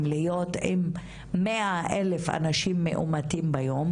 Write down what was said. להיות עם 100,000 אנשים מאומתים ביום.